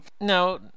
No